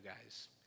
guys